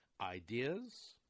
Ideas